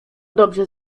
dobrze